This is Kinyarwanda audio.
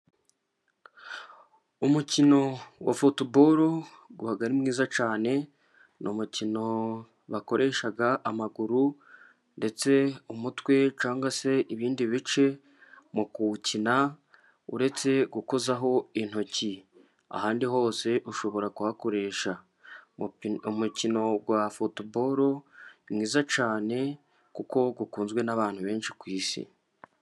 Umukino wa futuboro uba ari mwiza cyane, ni umukino bakoresha amaguru, ndetse umutwe cyangwa se ibindi bice mu kuwukina, uretse gukozaho intoki, ahandi hose ushobora kuhakoresha. Umukino wa futuboro ni mwiza cyane kuko ukunzwe n'abantu benshi ku isi.